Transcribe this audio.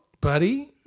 buddy